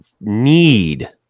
need